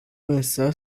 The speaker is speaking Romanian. însă